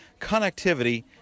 connectivity